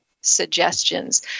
suggestions